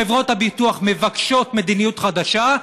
חברות הביטוח מבקשות מדיניות חדשה,